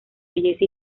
belleza